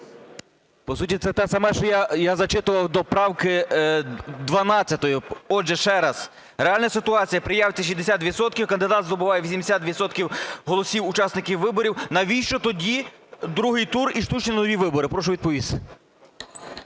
По суті це те саме, що я зачитував до правки 12. Отже, ще раз. Реальна ситуація: при явці 60 відсотків кандидат здобуває 80 відсотків голосів учасників виборів. Навіщо тоді другий тур і штучні нові вибори? Прошу відповісти.